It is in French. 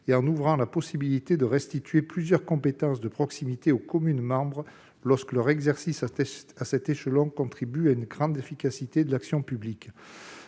et en ouvrant la possibilité de restituer plusieurs compétences de proximité aux communes membres lorsque leur exercice à cet échelon contribue à une plus grande efficacité de l'action publique.